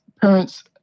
parents